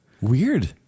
Weird